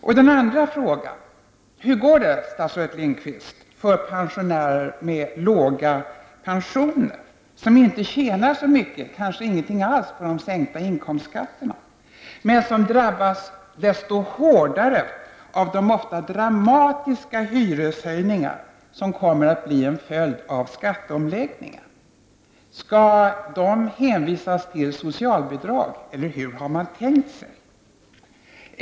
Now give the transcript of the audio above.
Och hur går det, statsrådet Lindqvist, för pensionärer med låga pensioner som inte tjänar så mycket, kanske ingenting alls, på de sänkta inkomstskatterna men som drabbas desto hårdare av de ofta dramatiska hyreshöjningar som kommer att bli en följd av skatteomläggningen? Skall de hänvisas till socialbidrag, eller hur har man tänkt sig?